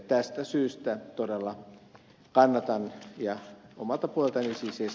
tästä syystä todella kannatan ja omalta puoleltani siis